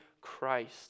Christ